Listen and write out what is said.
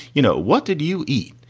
you know, what did you eat?